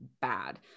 bad